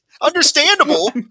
Understandable